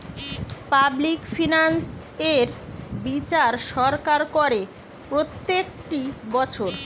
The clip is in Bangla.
পাবলিক ফিনান্স এর বিচার সরকার করে প্রত্যেকটি বছর